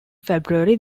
february